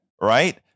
Right